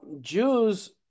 Jews